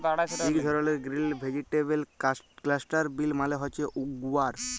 ইক ধরলের grill vegetable cluster bean মালে হছে গুয়ার